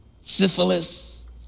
syphilis